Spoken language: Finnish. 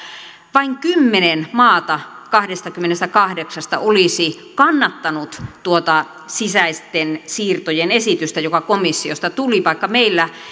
vain kymmenen maata kahdestakymmenestäkahdeksasta olisi kannattanut tuota sisäisten siirtojen esitystä joka komissiosta tuli vaikka meillä